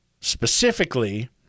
specifically